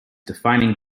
defining